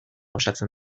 osatzen